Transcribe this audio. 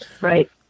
right